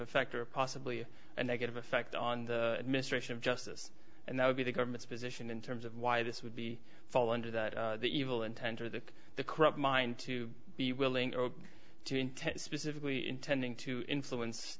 effect or possibly a negative effect on the administration of justice and that would be the government's position in terms of why this would be fall under the evil intent of the the corrupt mind to be willing to specifically intending to influence